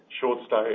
short-stay